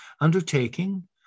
undertaking